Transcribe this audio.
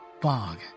fog